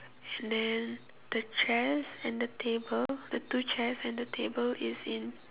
and then the chairs and the table the two chairs and the table is in